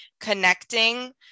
connecting